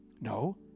No